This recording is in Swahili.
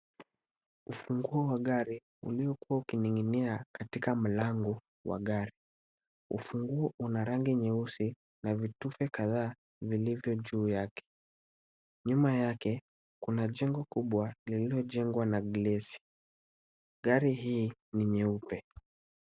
Ufunguo wa gari uliokua ukining'inia katika mlango wa gari. Ufunguo una rangi nyeusi na vitufe kadhaa vilivyo juu yake. Nyuma yake kuna jengo kubwa lililojengwa na glesi. Gari hii ni nyeupe.